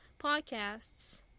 podcasts